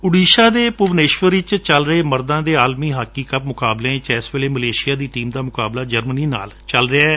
ਉਡੀਸ਼ਾ ਦੇ ਭੁਨਵੇਸ਼ਵਰ ਵਿਚ ਚਲ ਰਹੇ ਮਰਦਾਂ ਦੇ ਆਲਮੀ ਹਾਕੀ ਕੱਪ ਮੁਕਾਬਲਿਆਂ ਵਿਚ ਇਸ ਵੇਲੇ ਮਲੇਸ਼ਿਆ ਦੀ ਟੀਮ ਦਾ ਮੁਕਾਬਲਾ ਜਰਮਨੀ ਨਾਲ ਚਲ ਰਿਹੈ